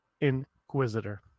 inquisitor